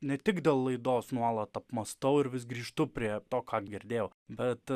ne tik dėl laidos nuolat apmąstau ir vis grįžtu prie to ką girdėjau bet